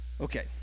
Okay